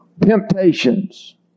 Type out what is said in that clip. Temptations